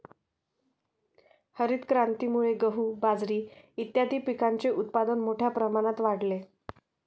हरितक्रांतीमुळे गहू, बाजरी इत्यादीं पिकांचे उत्पादन मोठ्या प्रमाणात वाढले